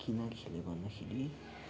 किन खेलेँ भन्दाखेरि